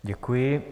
Děkuji.